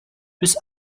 bis